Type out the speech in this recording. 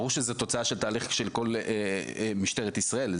ברור שזאת תוצאה של תהליך של כל משטרת ישראל,